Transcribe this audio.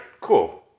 cool